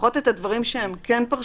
חשוב